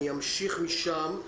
אני אמשיך משם.